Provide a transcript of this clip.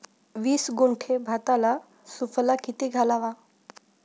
वीस गुंठे भाताला सुफला किती घालावा?